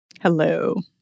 Hello